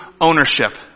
ownership